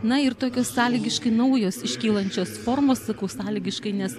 na ir tokios sąlygiškai naujos iškylančios formos sakau sąlygiškai nes